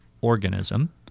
organism